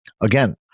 Again